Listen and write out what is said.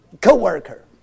co-worker